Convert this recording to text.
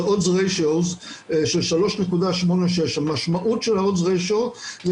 זה odds ratio של 3.86. המשמעות של ה-odds ratio זה